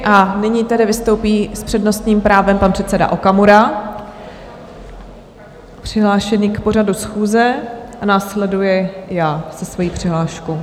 A nyní tedy vystoupí s přednostním právem pan předseda Okamura, přihlášený k pořadu schůze, a následuji já se svou přihláškou.